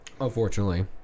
unfortunately